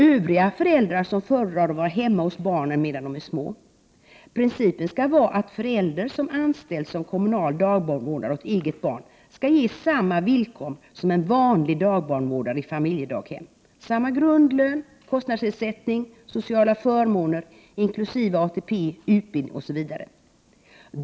Övriga föräldrar som föredrar att vara hemma hos barnen medan de är små skall också få del av stödet. Principen skall vara att förälder som anställs som kommunal dagbarnvårdare åt eget barn skall ha samma villkor som en vanlig dagbarnvårdare i familjedaghem; samma grundlön, kostnadsersättning, sociala förmåner inkl. ATP, utbildning osv.